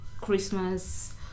Christmas